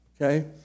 Okay